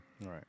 Right